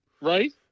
right